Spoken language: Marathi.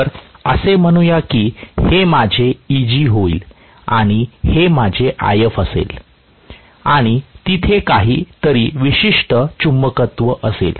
तर असे म्हणूया की हे माझे Eg होईल आणि हे माझे If असेल आणि तिथे काही तरी अवशिष्ट चुंबकत्व असेल